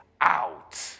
out